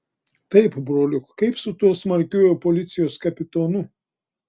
taip broliuk kaip su tuo smarkiuoju policijos kapitonu